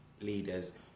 leaders